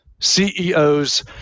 ceos